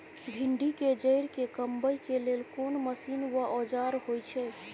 भिंडी के जईर के कमबै के लेल कोन मसीन व औजार होय छै?